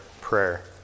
prayer